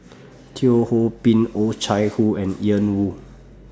Teo Ho Pin Oh Chai Hoo and Ian Woo